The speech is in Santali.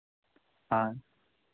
ᱦᱮᱸ